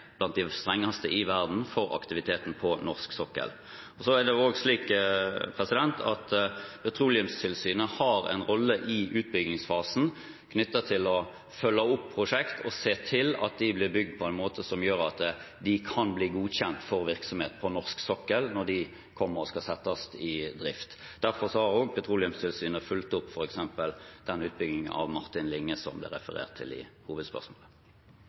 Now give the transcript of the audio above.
blant de strengeste i verden – for aktiviteten på norsk sokkel. Petroleumstilsynet har en rolle i utbyggingsfasen knyttet til å følge opp prosjekt og se til at de blir bygd på en måte som gjør at de kan bli godkjent for virksomhet på norsk sokkel når de kommer og skal settes i drift. Derfor har Petroleumstilsynet fulgt opp f.eks. utbyggingen av Martin Linge, som det ble referert til i hovedspørsmålet.